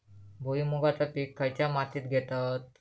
भुईमुगाचा पीक खयच्या मातीत घेतत?